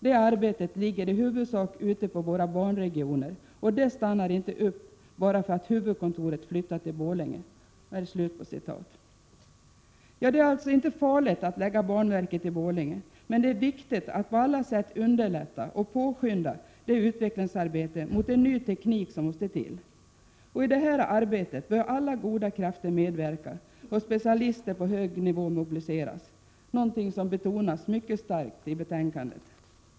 Det arbetet ligger i huvudsak ute på våra banregioner, och det stannar inte upp bara för att huvudkontoret flyttar till Borlänge.” Det är alltså inte farligt att lägga banverket i Borlänge, men det är viktigt att på alla sätt underlätta och påskynda det utvecklingsarbetet mot en ny teknik som måste till. I detta arbete bör alla goda krafter medverka och specialister på hög nivå mobiliseras, något som för övrigt mycket starkt betonas i betänkandet.